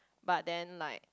but then like